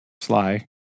Sly